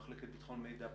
מחלקת ביטחון מידע בצה"ל,